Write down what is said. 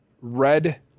red